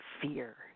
fear